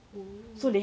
oh